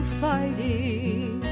fighting